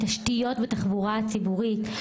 תשתיות ותחבורה ציבורית,